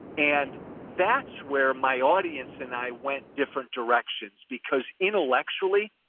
and that's where my audience and i went different directions, because intellectually,